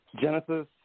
Genesis